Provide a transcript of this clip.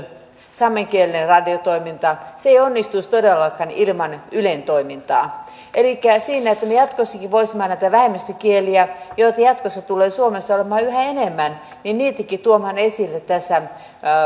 saamenkielinen radiotoiminta ei onnistuisi todellakaan ilman ylen toimintaa jota tarvitaan siinä että me jatkossakin voisimme näitä vähemmistökieliä joita jatkossa tulee suomessa olemaan yhä enemmän niitäkin tuoda esille tässä